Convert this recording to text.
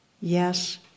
Yes